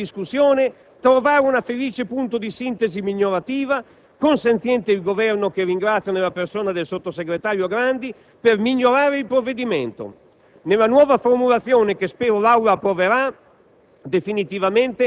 cogliere il senso della discussione, di trovare un felice punto di sintesi migliorativa, consenziente il Governo, che ringrazio nella persona del sottosegretario Grandi, per migliorare il provvedimento. Nella nuova formulazione, che spero l'Aula approverà